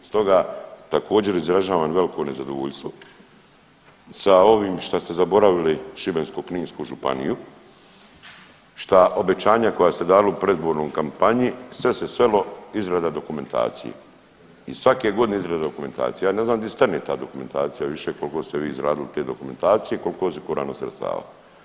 Stoga također izražavam veliko nezadovoljstvo sa ovim šta ste zaboravili Šibensko-kninsku županiju, šta obećanja koja ste dali u predizbornoj kampanji sve se svelo izrada dokumentacije i svake godine izrada dokumentacije, ja ne znam di stane ta dokumentacija više kolko ste vi izradili te dokumentacije, kolko je osigurano sredstava.